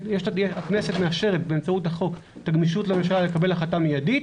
הכנסת מאשרת באמצעות החוק את הגמישות לממשלה לקבל החלטה מיידית,